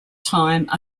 time